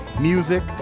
music